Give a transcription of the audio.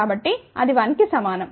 కాబట్టి అది 1 కి సమానం